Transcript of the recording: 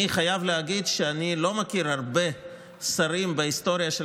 אני חייב להגיד שאני לא מכיר הרבה שרים בהיסטוריה של